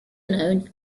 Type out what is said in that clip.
known